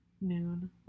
Noon